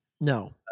No